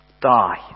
die